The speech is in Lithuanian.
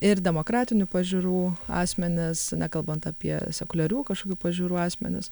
ir demokratinių pažiūrų asmenys nekalbant apie sekuliarių kažkokių pažiūrų asmenis